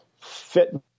fit